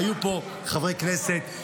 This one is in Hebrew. היו פה חברי כנסת,